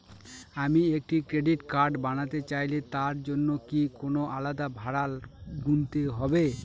আমি একটি credit card বানাতে চাইলে তার জন্য কি কোনো আলাদা ভাড়া গুনতে হবে?